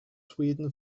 sweden